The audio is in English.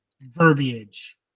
verbiage